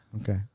Okay